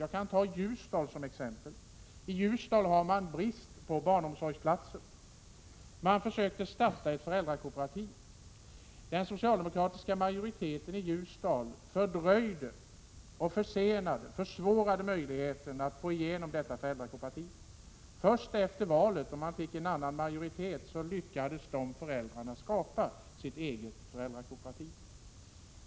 Jag kan ta Ljusdal som exempel. I Ljusdal har man brist på barnomsorgsplatser. Man försökte starta ett föräldrakooperativ. Den socialdemokratiska majoriteten i Ljusdal fördröjde, försenade och försvårade möjligheterna att starta detta föräldrakooperativ. Först efter valet, sedan man fått en annan majoritet, lyckades föräldrarna skapa sitt eget föräldrakooperativ.